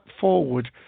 forward